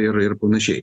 ir ir panašiai